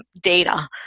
data